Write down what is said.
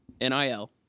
NIL